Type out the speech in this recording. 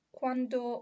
quando